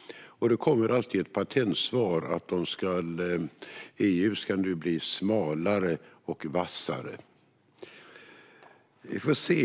- kommer det alltid ett patentsvar om att EU ska bli smalare och vassare. Vi får se.